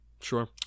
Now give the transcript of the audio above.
Sure